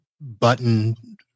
button